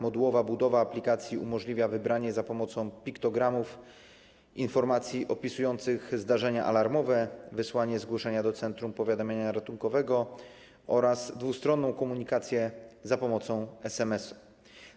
Modułowa budowa aplikacji umożliwia wybranie za pomocą piktogramów informacji opisujących zdarzenia alarmowe, wysłanie zgłoszenia do centrum powiadamiania ratunkowego oraz dwustronną komunikację za pomocą SMS-ów.